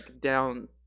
down